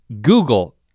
Google